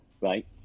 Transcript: right